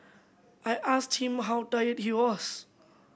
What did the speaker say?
I asked him how tired he was